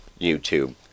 youtube